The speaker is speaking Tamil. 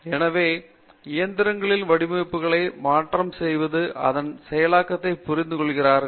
எனவே இயந்திரங்களில் வடிவமைப்புகளை மாற்றம் செய்பவர் அதன் செயலாக்கத்தை புரிந்துகொள்கிறார்கள்